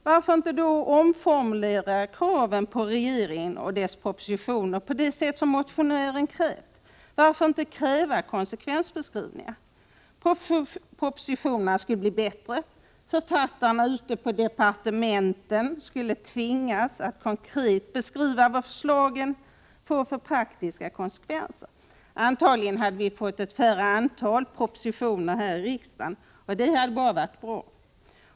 Varför inte då omformulera kraven på regeringen och dess propositioner på det sätt som motionären krävt? Varför inte kräva konsekvensbeskrivningar? Propositionerna skulle bli bättre. Författarna ute på departementen skulle tvingas att konkret beskriva vad förslagen får för praktiska konsekvenser. Antagligen hade vi fått färre propositioner här i riksdagen, och det hade bara varit bra.